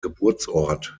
geburtsort